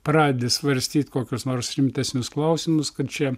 pradedi svarstyt kokius nors rimtesnius klausimus kad čia